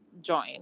join